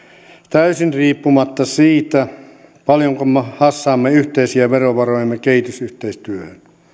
täysin riippumatta siitä paljonko hassaamme yhteisiä verovarojamme kehitysyhteistyöhön